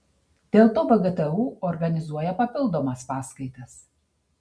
dėl to vgtu organizuoja papildomas paskaitas